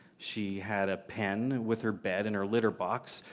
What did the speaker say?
she had a pen with her bed and her litter box,